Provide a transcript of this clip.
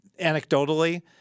anecdotally